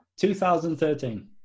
2013